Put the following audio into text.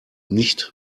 nicht